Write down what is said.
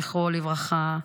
זכרו לברכה,